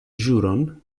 ĵuron